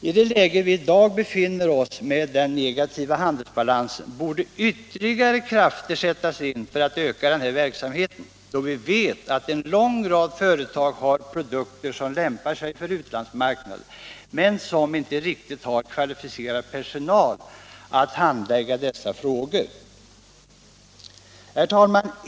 I det läge vi i dag befinner oss i med den negativa handelsbalansen borde ytterligare krafter sättas in för att öka denna verksamhet, då vi vet att en lång rad företag har produkter som lämpar sig för utlandsmarknaden men inte kvalificerad personal som kan handlägga dessa frågor riktigt. Herr talman!